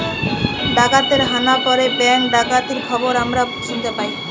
ডাকাতের হানা পড়ে ব্যাঙ্ক ডাকাতির খবর আমরা শুনতে পাই